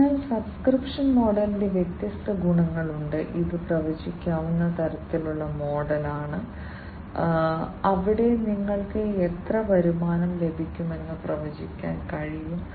അതിനാൽ സബ്സ്ക്രിപ്ഷൻ മോഡലിന്റെ വ്യത്യസ്ത ഗുണങ്ങളുണ്ട് ഇത് പ്രവചിക്കാവുന്ന തരത്തിലുള്ള മോഡലാണ് അവിടെ നിങ്ങൾക്ക് എത്ര വരുമാനം ലഭിക്കുമെന്ന് പ്രവചിക്കാൻ കഴിയും